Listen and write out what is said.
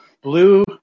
blue